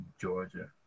Georgia